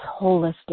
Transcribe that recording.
holistic